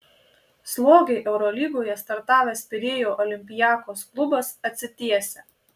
slogiai eurolygoje startavęs pirėjo olympiakos klubas atsitiesia